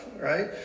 right